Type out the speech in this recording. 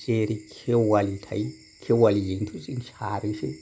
जेरै खेवालि थायो खेवालिजोंथ' जों सारोसो